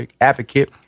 advocate